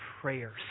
prayers